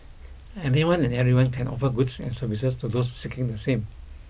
anyone and everyone can offer goods and services to those seeking the same